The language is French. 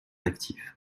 actif